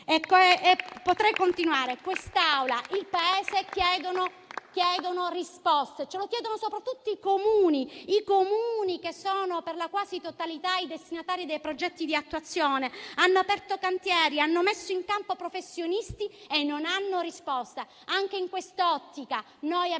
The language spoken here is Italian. potrei continuare. Questa Assemblea e il Paese chiedono risposte; ce le chiedono soprattutto i Comuni, che sono per la quasi totalità i destinatari dei progetti di attuazione, hanno aperto cantieri, hanno messo in campo professionisti e non hanno risposte. Anche in quest'ottica abbiamo